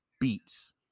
beats